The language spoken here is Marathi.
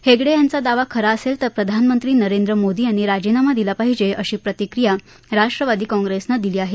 हेगडे यांचा दावा खरा असेल तर प्रधानमंत्री नरेंद्र मोदी यांनी राजीनामा दिला पाहिजे अशी प्रतिक्रिया राष्ट्रवादी काँग्रेसनं दिली आहे